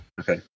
Okay